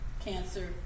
Cancer